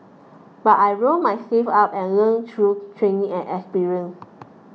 but I rolled my sleeves up and learnt through training and experience